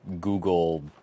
Google